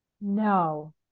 No